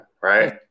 right